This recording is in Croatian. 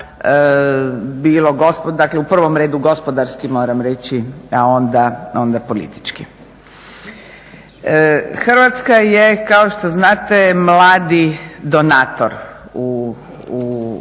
Hrvatska je kao što znate mladi donator u službenoj